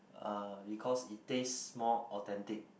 uh because it taste more authentic